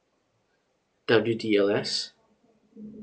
W D L S